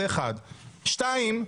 שתיים,